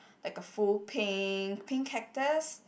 like a full pink pink cactus